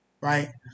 right